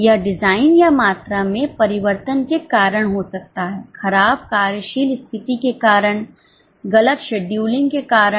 यह डिजाइन या मात्रा में परिवर्तन के कारण हो सकता है खराब कार्यशील स्थिति के कारण गलत शेड्यूलिंग के कारण